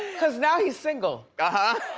cause now he's single. ah